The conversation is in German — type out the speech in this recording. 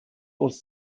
uns